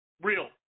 real